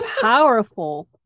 powerful